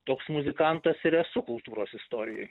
toks muzikantas ir esu kultūros istorijoj